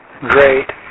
great